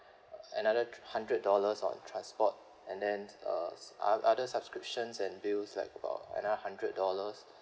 another hundred dollars on transport and then uh uh other subscriptions and bills like about another hundred dollars